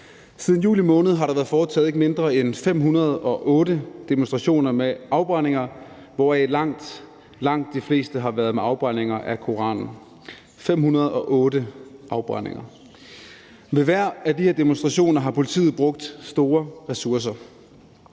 Siden juli måned har der været foretaget ikke mindre end 508 demonstrationer med afbrændinger, hvoraf langt, langt de fleste har været med afbrændinger af Koranen – altså 508 afbrændinger. Ved hver af de her demonstrationer har politiet brugt store ressourcer.